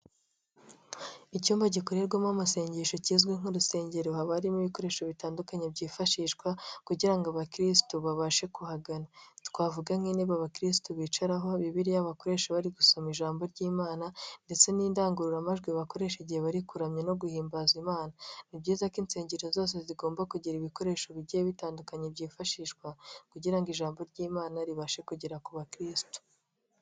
Icyumba gikorerwamo amasengesho kizwi nk'urusengero, haba harimo ibikoresho bitandukanye byifashishwa kugira ngo abakirisitu babashe kuhagana, twavugaganye nk'intebe abakirisitu bicaraho, Bibiliya bakoresha bari gusoma ijambo ry'imana ndetse n'indangururamajwi bakoresha igihe bari kuramya no guhimbaza imana. Ni byiza ko insengero zose zigomba kugira ibikoresho bigiye bitandukanye byifashishwa kugira ngo ijambo ry'imana ribashe kugera ku bakirisitu.